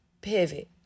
pivot